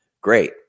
great